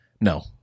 No